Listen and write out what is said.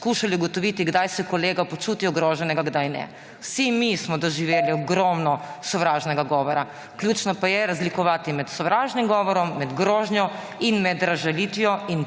skušali ugotoviti, kdaj se je kolega počuti ogroženega kdaj ne. Vsi mi smo doživeli ogromno sovražnega govora. Ključno pa je razlikovati med sovražnim govorom, med grožnjo in med razžalitvijo in